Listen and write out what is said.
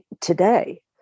today